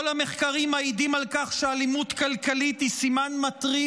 כל המחקרים מעידים על כך שאלימות כלכלית היא סימן מטרים,